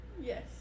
Yes